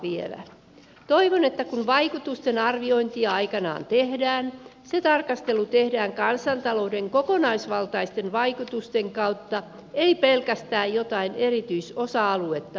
toivon että kun vaikutusten arviointia aikanaan tehdään se tarkastelu tehdään kansantalouden kokonaisvaltaisten vaikutusten kautta ei pelkästään jotain erityisosa aluetta painottaen